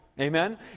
Amen